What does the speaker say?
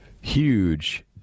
Huge